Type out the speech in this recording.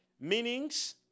Meanings